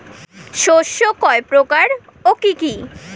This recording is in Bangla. শস্য কয় প্রকার কি কি?